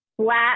Flat